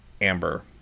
Amber